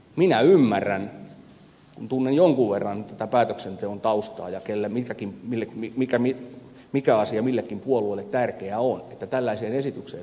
minä ymmärrän kun tunnen jonkin verran tätä päätöksenteon taustaa ja sitä mikä asia millekin puolueelle tärkeä on että tällaiseen esitykseen on päädytty